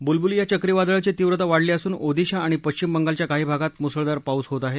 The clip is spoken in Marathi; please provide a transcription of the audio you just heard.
बुलबुल या चक्रीवादळाची तीव्रता वाढली असून ओदिशा आणि पश्विम बंगालच्या काही भागात मुसळधार पाऊस होत आहे